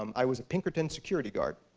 um i was a pinkerton security guard.